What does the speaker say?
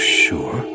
sure